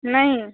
नहीं